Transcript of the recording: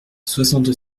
soixante